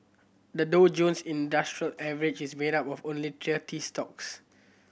the Dow Jones Industrial Average is made up of only thirty stocks